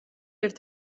ერთ